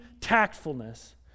tactfulness